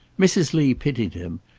mrs. lee pitied him,